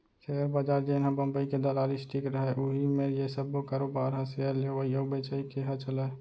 share बजार जेनहा बंबई के दलाल स्टीक रहय उही मेर ये सब्बो कारोबार ह सेयर लेवई अउ बेचई के ह चलय